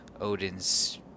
Odin's